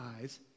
eyes